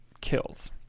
kills